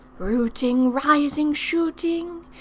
rooting, rising, shooting,